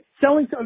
Selling